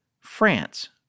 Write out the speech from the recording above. France